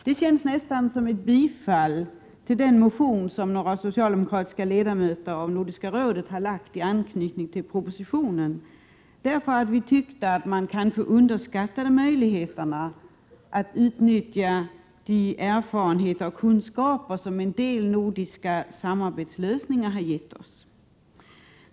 Det känns nästan som ett bifall till den motion som några socialdemokratiska ledamöter av Nordiska rådet har väckt i anslutning till propositionen — därför att vi tyckte att man kanske underskattade möjligheterna att utnyttja de erfarenheter och kunskaper som en del nordiska samarbetslösningar har gett oss.